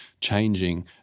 changing